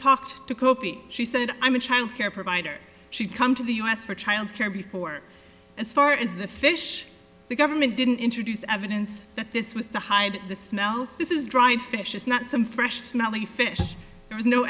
talked to kopi she said i'm a child care provider she come to the u s for child care before as far as the fish the government didn't introduce evidence that this was the hide the snow this is dried fish it's not some fresh smelly fish there is no